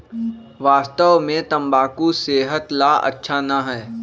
वास्तव में तंबाकू सेहत ला अच्छा ना है